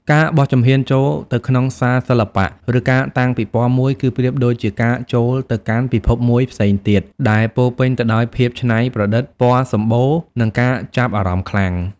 ការបោះជំហានចូលទៅក្នុងសាលសិល្បៈ ឬការតាំងពិពណ៌មួយ គឺប្រៀបដូចជាការចូលទៅកាន់ពិភពមួយផ្សេងទៀត ដែលពោរពេញទៅដោយភាពច្នៃប្រឌិត ពណ៌សម្បូរណ៍ និងការចាប់អារម្មណ៍ខ្លាំង។